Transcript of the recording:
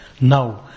No